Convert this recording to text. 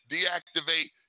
Deactivate